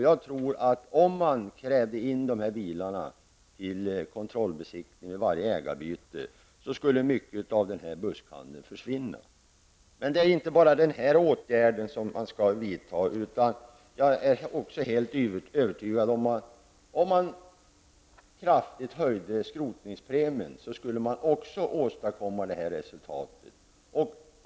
Jag tror att om man krävde in dessa bilar till kontrollbesiktning vid varje ägarbyte, så skulle mycket av denna buskhandel försvinna. Men det är inte bara den här åtgärden som man skall vidta. Jag är helt övertygad om att om man kraftigt höjde skrotningspremien, så skulle man också åstadkomma detta resultat.